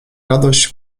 radość